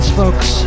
folks